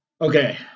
Okay